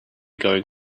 going